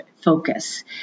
focus